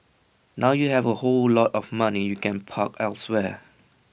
now you have A whole lot of money you can park elsewhere